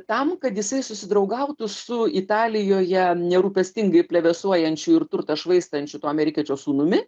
tam kad jisai susidraugautų su italijoje nerūpestingai plevėsuojančiu ir turtą švaistančiu tuo amerikiečio sūnumi